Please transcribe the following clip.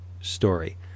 story